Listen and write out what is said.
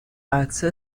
عطسه